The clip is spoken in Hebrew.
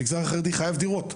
המגזר החרדי חייב דירות.